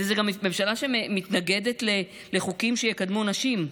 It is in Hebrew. זו גם ממשלה שמתנגדת לחוקים שיקדמו נשים.